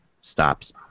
stops